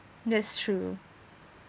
that's true